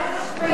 חד-משמעית.